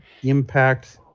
impact